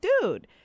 dude